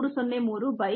6 ಸೆಕೆಂಡುಗಳು ಅಥವಾ 21